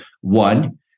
One